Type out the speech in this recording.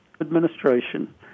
administration